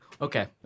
Okay